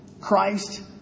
Christ